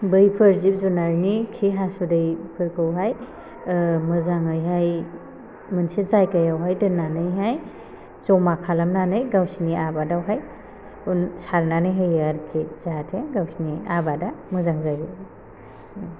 बैफोर जिब जुनारनि खि हासुदैफोरखौहाय मोजाङैहाय मोनसे जायगायावहाय दोन्नानैहाय जमा खालामनानै गावसिनि आबादावहाय उन सारनानै होयो आरखि जाहाथे गावसिनि आबादा मोजां जायो